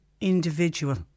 individual